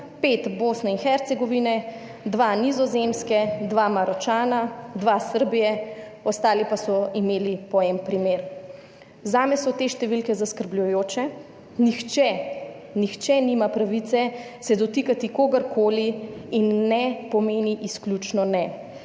5 Bosne in Hercegovine, 2 Nizozemske, 2 Maročana, 2 Srbije, ostali pa so imeli po en primer. Zame so te številke zaskrbljujoče. Nihče, nihče nima pravice se dotikati kogarkoli in ne pomeni izključno ne.